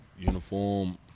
uniform